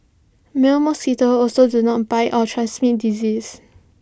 male mosquitoes also do not bite or transmit disease